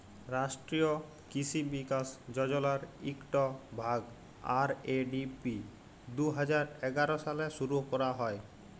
রাষ্ট্রীয় কিসি বিকাশ যজলার ইকট ভাগ, আর.এ.ডি.পি দু হাজার এগার সালে শুরু ক্যরা হ্যয়